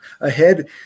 ahead